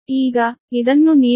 ಈಗ ಇದನ್ನು ನೀಡಲಾಗಿದೆ Xeq 0